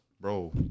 Bro